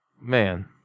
man